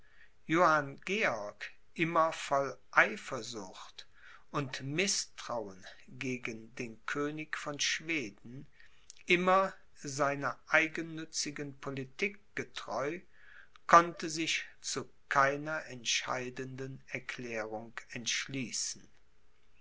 georg immer voll eifersucht und mißtrauen gegen den könig von schweden immer seiner eigennützigen politik getreu konnte sich zu keiner entscheidenden erklärung entschließen